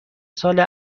سال